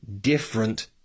different